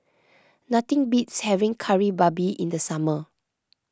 nothing beats having Kari Babi in the summer